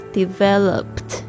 developed